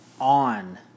on